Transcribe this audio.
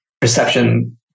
perception